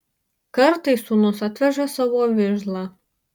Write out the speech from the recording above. kartais sūnus atveža savo vižlą